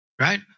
Right